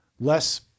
less